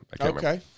Okay